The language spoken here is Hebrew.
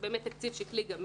זה באמת תקציב שקלי גמיש.